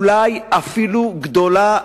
אולי אפילו גדולה,